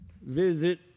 visit